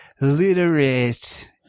literate